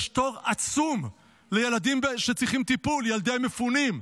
יש תור עצום של ילדים שצריכים טיפול, ילדי מפונים,